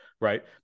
right